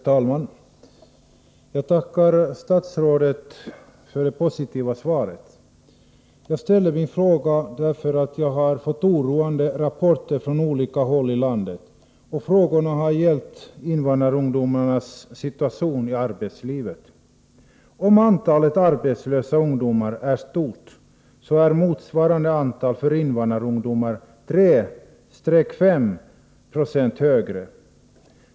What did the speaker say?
Herr talman! Jag tackar statsrådet för det positiva svaret. Jag ställde min fråga därför att jag har fått oroande rapporter från olika håll i landet, och frågorna har gällt invandrarungdomarnas situation i arbetslivet. Om antalet arbetslösa ungdomar är stort, så är motsvarande antal för invandrarungdomar 3-5 Z0 högre.